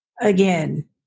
again